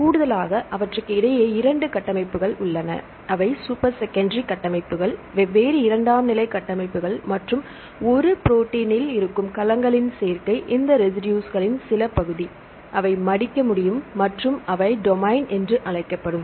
கூடுதலாக அவற்றுக்கு இடையே 2 கட்டமைப்புகள் உள்ளன அவை சூப்பர் செகண்டரி கட்டமைப்புகள் வெவ்வேறு இரண்டாம் நிலை கட்டமைப்புகள் மற்றும் ஒரு ப்ரோடீன்னில் இருக்கும் களங்களின் சேர்க்கை இந்த ரெசிடுஸ்களின் சில பகுதி அவை மடிக்க முடியும் மற்றும் அவை டொமைன் என்று அழைக்கப்படும்